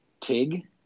Tig